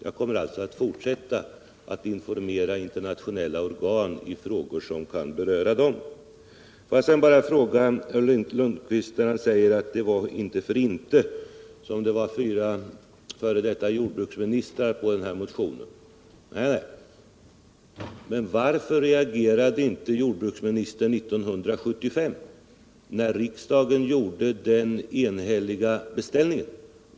Således kommer jag att fortsätta att informera internationella organ i frågor som kan beröra dem. Herr Lundkvist sade att det inte utan anledning står fyra f. d. jordbruksministrar bakom motionen. Varför reagerade då inte jordbruksministern 1975, när riksdagen gjorde den enhälliga beställningen?